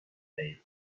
air